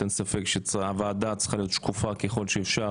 אין ספק שהוועדה צריכה להיות שקופה ככל שאפשר.